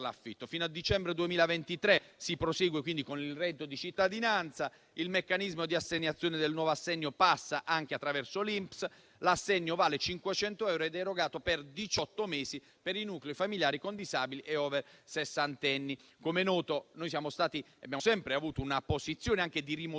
l'affitto. Fino a dicembre 2023 si prosegue quindi con il reddito di cittadinanza. Il meccanismo di assegnazione del nuovo assegno passa anche attraverso l'INPS. L'assegno vale 500 euro ed è erogato per diciotto mesi per i nuclei familiari con disabili e *over* sessantenni. Come noto, noi abbiamo sempre avuto una posizione a favore